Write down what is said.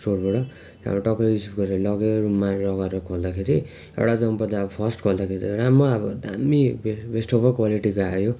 स्टोरबाट त्यहाँबाट टक्कै रिसिभ गरेर लगेँ रूममा लगेर खोल्दाखेरि एउटा जम्पर त अब फर्स्ट फोल्दाखेरि त राम्रो अब दामी बेस्ट अफ अ क्वालिटीको आयो